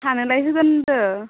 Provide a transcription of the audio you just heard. थानोलाय होगोन होन्दों